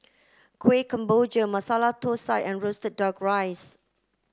Kueh Kemboja Masala Thosai and roasted duck rice